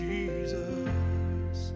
Jesus